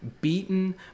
beaten